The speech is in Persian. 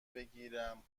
بگیرم